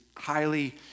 highly